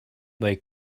they